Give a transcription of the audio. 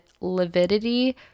lividity